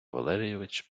валерійович